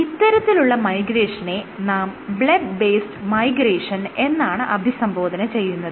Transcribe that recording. ഇത്തരത്തിലുള്ള മൈഗ്രേഷനെ നാം ബ്ലെബ് ബേസ്ഡ് മൈഗ്രേഷൻ എന്നാണ് അഭിസംബോധന ചെയ്യുന്നത്